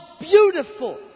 beautiful